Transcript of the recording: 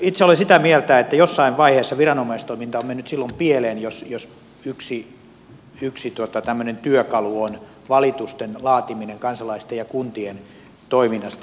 itse olen sitä mieltä että jossain vaiheessa viranomaistoiminta on mennyt silloin pieleen jos yksi tämmöinen työkalu on valitusten laatiminen kansalaisten ja kuntien toiminnasta